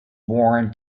born